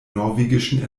norwegischen